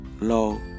low